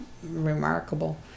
remarkable